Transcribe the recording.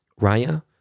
Raya